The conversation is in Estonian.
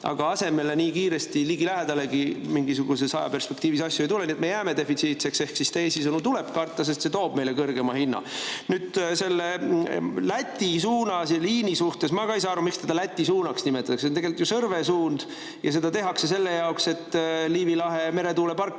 aga asemele nii kiiresti ligilähedalegi mingisuguses ajaperspektiivis asju ei tule. Nii et me jääme defitsiitseks. Ehk teisisõnu, tuleb karta, sest see toob meile kõrgema hinna. Nüüd, selle Läti suunas oleva liini kohta ütlen, et ma ka ei saa aru, miks seda Läti suunaks nimetatakse, see on tegelikult ju Sõrve suund ja seda tehakse selleks, et Liivi lahe meretuuleparke